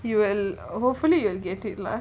you will hopefully you'll get it lah